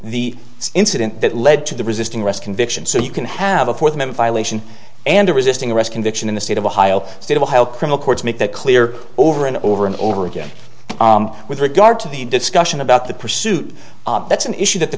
the incident that led to the resisting arrest conviction so you can have a fourth minute violation and a resisting arrest conviction in the state of ohio state will help criminal courts make that clear over and over and over again with regard to the discussion about the pursuit that's an issue that the